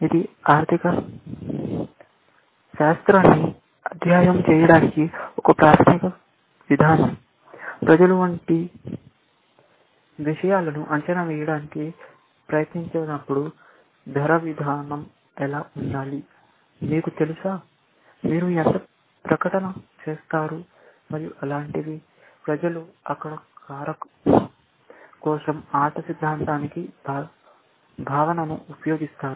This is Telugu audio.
ఇది ఆర్థిక శాస్త్రాన్ని అధ్యయనం చేయడానికి ఒక ప్రాథమిక విధానం ప్రజలు వంటి విషయాలను అంచనా వేయడానికి ప్రయత్నించినప్పుడు ధర విధానం ఎలా ఉండాలి మీకు తెలుసా మీరు ఎంత ప్రకటన చేస్తారు మరియు అలాంటివి ప్రజలు అక్కడ కారణం కోసం ఆట సైద్ధాంతిక భావనను ఉపయోగిస్తారు